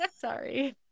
sorry